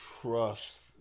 trust